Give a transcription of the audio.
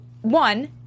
one